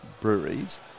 breweries